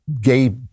gay